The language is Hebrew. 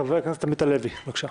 חבר הכנסת עמית הלוי, בבקשה.